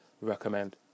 recommend